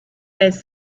has